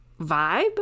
vibe